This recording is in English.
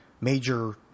major